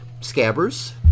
Scabbers